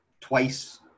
twice